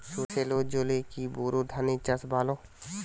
সেলোর জলে কি বোর ধানের চাষ ভালো?